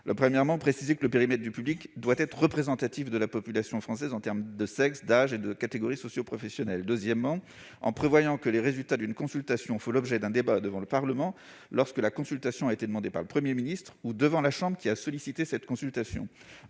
souhaitons préciser que le périmètre du public doit être représentatif de la composition de la population française du point de vue du sexe, de l'âge et des catégories socioprofessionnelles. Deuxièmement, nous prévoyons que les résultats d'une consultation feront l'objet d'un débat devant le Parlement, lorsque la consultation aura été demandée par le Premier ministre, ou devant la chambre qui aura sollicité cette consultation.